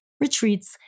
retreats